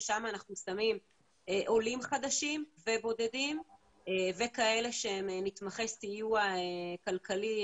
ששם אנחנו שמים עולים חדשים ובודדים וכאלה שהם נתמכי סיוע כלכלי,